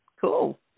cool